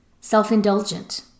self-indulgent